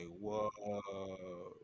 whoa